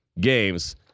games